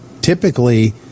Typically